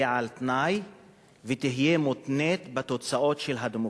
על-תנאי ותהיה מותנית בתוצאות הדמוקרטיה.